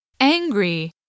angry